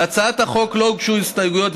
להצעת החוק לא הוגשו הסתייגויות,